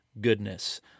goodness